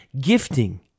gifting